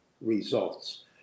results